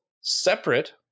separate